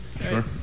sure